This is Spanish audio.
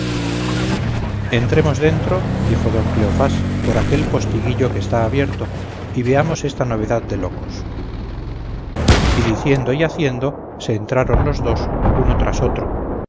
parecido entremos dentro dijo don cleofás por aquel postiguillo que está abierto y veamos esta novedad de locos y diciendo y haciendo se entraron los dos uno tras otro